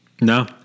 No